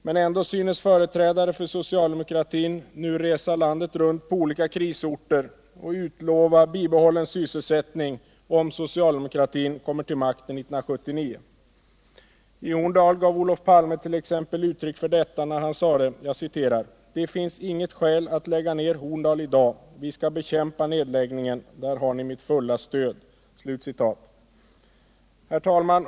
Men ändå synes företrädare för socialdemokratin nu resa landet runt och på olika krisorter utlova bibehållen sysselsättning om socialdemokratin kommer till makten 1979. I Horndal gav Olof Palmet.ex. uttryck för detta när han sade: ”Det finns inget skäl att lägga ned Horndal i dag. Vi skall bekämpa nedläggningen. Där har ni mitt fulla stöd.” Herr talman!